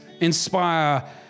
inspire